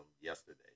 yesterday